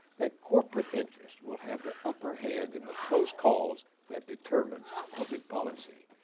that corporate interests will have the upper hand in the close calls that determine public policy.